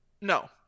No